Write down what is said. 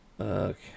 Okay